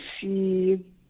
see